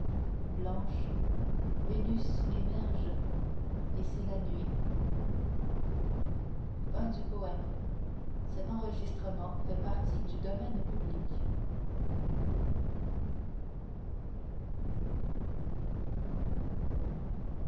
blanche vénus émerge et c'est la nuit